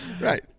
right